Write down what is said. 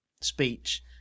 speech